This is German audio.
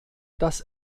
das